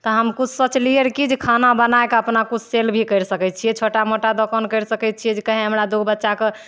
तऽ हम किछु सोचलिए रहै कि जे खाना बनाके अपना किछु सेल भी करि सकै छिए छोटा मोटा दोकान करि सकै छिए जे कहीँ हमरा दुइ बच्चाके